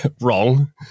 wrong